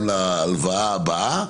גם להלוואה הבאה.